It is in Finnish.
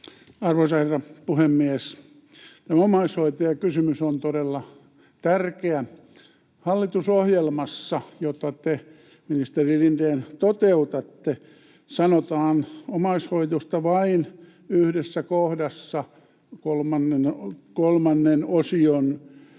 Arvoisa herra puhemies! Tämä omaishoitajakysymys on todella tärkeä. Hallitusohjelmassa, jota te, ministeri Lindén, toteutatte, sanotaan omaishoidosta vain yhdessä kohdassa, kolmannen osion